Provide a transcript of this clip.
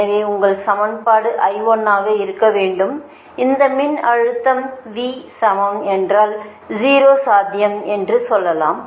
எனவே உங்கள் சமன்பாடு ஆக இருக்க வேண்டும் இந்த மின்னழுத்தம் V சமம் என்றால் 0 சாத்தியம் என்றும் சொல்லலாம்